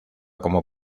como